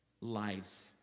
lives